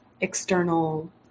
external